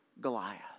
Goliath